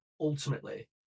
ultimately